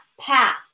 path